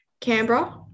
Canberra